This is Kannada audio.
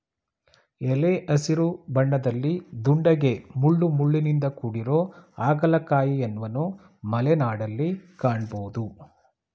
ಎಲೆ ಹಸಿರು ಬಣ್ಣದಲ್ಲಿ ದುಂಡಗೆ ಮುಳ್ಳುಮುಳ್ಳಿನಿಂದ ಕೂಡಿರೊ ಹಾಗಲಕಾಯಿಯನ್ವನು ಮಲೆನಾಡಲ್ಲಿ ಕಾಣ್ಬೋದು